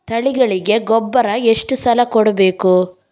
ತಳಿಗಳಿಗೆ ಗೊಬ್ಬರ ಎಷ್ಟು ಸಲ ಕೊಡಬೇಕು?